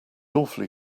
awfully